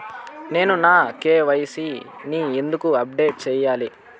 నేను నా కె.వై.సి ని ఎందుకు అప్డేట్ చెయ్యాలి?